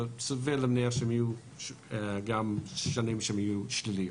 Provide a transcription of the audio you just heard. וסביר להניח שיהיו גם שנים שהן יהיו שליליות.